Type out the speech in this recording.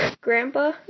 grandpa